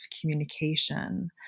communication